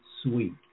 sweet